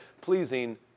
pleasing